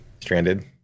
Stranded